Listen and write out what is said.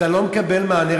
אתה לא מקבל מענה,